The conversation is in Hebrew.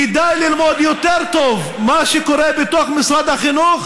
כדאי ללמוד יותר טוב מה שקורה בתוך משרד החינוך